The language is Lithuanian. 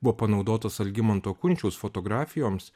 buvo panaudotos algimanto kunčiaus fotografijoms